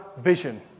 vision